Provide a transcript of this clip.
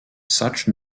such